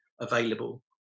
available